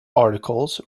articles